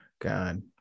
god